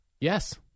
Yes